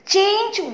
Change